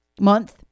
Month